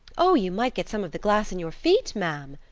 oh! you might get some of the glass in your feet, ma'am,